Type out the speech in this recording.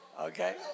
Okay